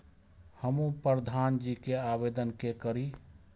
हमू प्रधान जी के आवेदन के करी?